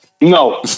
No